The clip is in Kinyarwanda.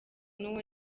n’uwo